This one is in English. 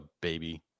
baby